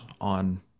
on